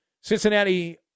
Cincinnati